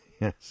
yes